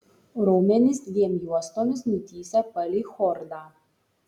raumenys dviem juostomis nutįsę palei chordą